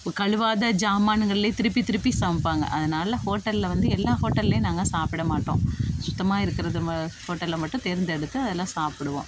உ கழுவாத ஜாமானுங்கள்லே திருப்பி திருப்பி சமைப்பாங்க அதனால் ஹோட்டலில் வந்து எல்லா ஹோட்டல்லேயும் நாங்கள் சாப்பிட மாட்டோம் சுத்தமாக இருக்கிறது ம ஹோட்டலில் மட்டும் தேர்ந்தெடுத்து அதில் சாப்பிடுவோம்